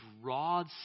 broad